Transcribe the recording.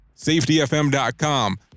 safetyfm.com